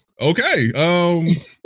okay